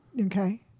Okay